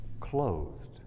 clothed